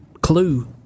Clue